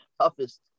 toughest